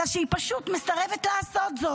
אלא שהיא פשוט מסרבת לעשות זאת.